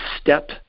step